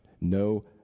no